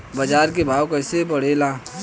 बाजार के भाव कैसे बढ़े ला?